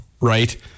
right